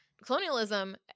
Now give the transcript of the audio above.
Colonialism